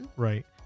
Right